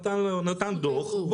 נתן דוח,